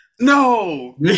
No